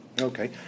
Okay